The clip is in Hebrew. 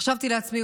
חשבתי לעצמי,